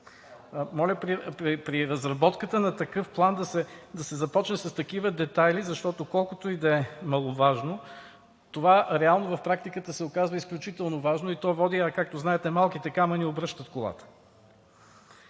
Моля при разработката на такъв план да се започне с такива детайли, защото, колкото и да е маловажно, това реално в практиката се оказва изключително важно, и то води, както знаете, малките камъни обръщат колата.